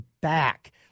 back